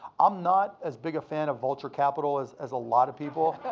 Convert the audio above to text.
i'm not as big a fan of vulture capital as as a lotta people.